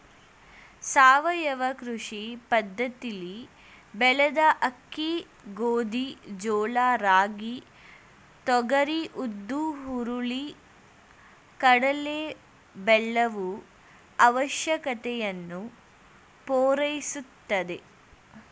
ಸಾವಯವ ಕೃಷಿ ಪದ್ದತಿಲಿ ಬೆಳೆದ ಅಕ್ಕಿ ಗೋಧಿ ಜೋಳ ರಾಗಿ ತೊಗರಿ ಉದ್ದು ಹುರುಳಿ ಕಡಲೆ ಬೆಲ್ಲವು ಅವಶ್ಯಕತೆಯನ್ನು ಪೂರೈಸುತ್ತದೆ